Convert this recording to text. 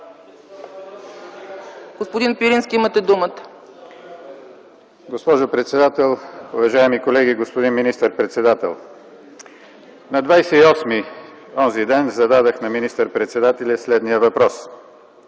Господин Пирински, имате думата. ГЕОРГИ ПИРИНСКИ (КБ): Госпожо председател, уважаеми колеги! Господин министър-председател, на 28-ми, онзи ден, зададох на министър-председателя следния въпрос: